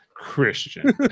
christian